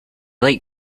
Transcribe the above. like